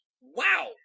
Wow